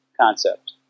Concept